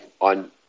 on